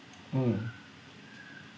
mm